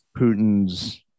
Putin's